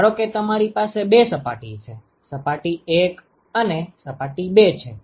તો ધારો કે તમારી પાસે બે સપાટી છે સપાટી 1 અને સપાટી 2 છે